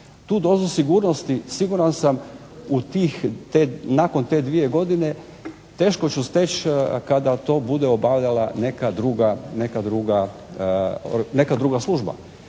Tu dozu sigurnosti siguran sam u tih, nakon te dvije godine teško ću steći kada to bude obavljala neka druga služba